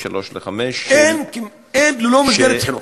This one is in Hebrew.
הם ללא מסגרת חינוכית.